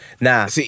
nah